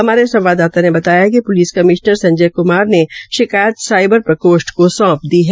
हमारे संवाददाता ने बताया कि प्लिस कमिश्नर संजय क्मार ने शिकायत साईबर प्रकोष्ठ को सौंध दी है